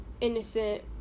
innocent